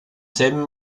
selben